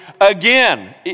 again